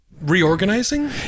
Reorganizing